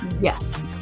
Yes